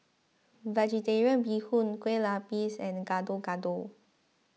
Vegetarian Bee Hoon Kueh Lapis and Gado Gado